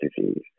disease